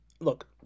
Look